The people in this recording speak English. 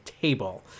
table